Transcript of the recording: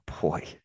boy